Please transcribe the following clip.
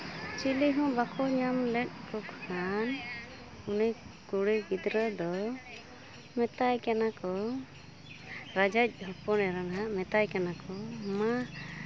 ᱪᱮᱞᱮ ᱦᱚᱸ ᱵᱟᱠᱚ ᱧᱟᱢ ᱞᱮᱫ ᱠᱚ ᱠᱷᱟᱱ ᱩᱱᱤ ᱠᱩᱲᱤ ᱜᱤᱫᱽᱨᱟᱹ ᱫᱚ ᱢᱮᱛᱟᱭ ᱠᱟᱱᱟ ᱠᱚ ᱨᱟᱡᱟᱭᱤᱫ ᱦᱚᱯᱚᱱᱮᱨᱟ ᱱᱟᱜ ᱢᱮᱛᱟᱭ ᱠᱟᱱᱟ ᱠᱚ ᱢᱟ